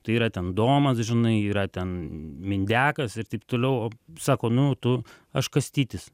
tai yra ten domas žinai yra ten mindekas ir taip toliau sako nu tu aš kastytis